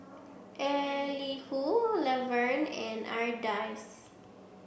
Elihu Laverne and Ardyce